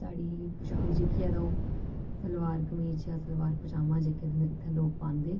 साढ़ी पोशाक जेह्की ऐ ते ओह् सलवार कमीज या सलवार पजामा ऐ जेह्का इत्थै दे लोक पांदे